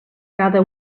cada